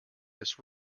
this